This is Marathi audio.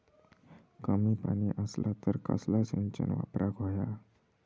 कमी पाणी असला तर कसला सिंचन वापराक होया?